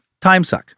timesuck